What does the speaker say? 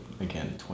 Again